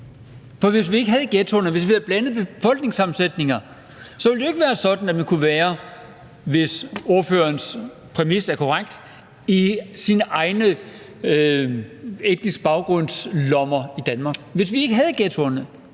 hvis vi ikke havde ghettoer, men havde en blandet befolkningssammensætning, så ville det jo ikke være sådan, at man kunne være – hvis spørgerens præmis er korrekt – i sine egne etniske baggrunds-lommer i Danmark, altså hvis vi ikke havde ghettoerne.